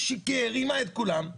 שיקר, רימה את כולם.